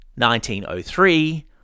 1903